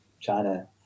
China